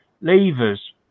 levers